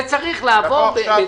זה צריך לעבור - גם